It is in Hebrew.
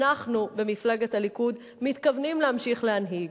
אנחנו במפלגת הליכוד מתכוונים להמשיך להנהיג